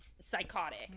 psychotic